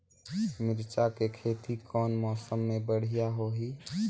मिरचा के खेती कौन मौसम मे बढ़िया होही?